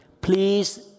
please